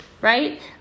right